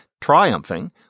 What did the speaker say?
triumphing